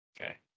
Okay